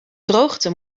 droogte